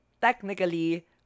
technically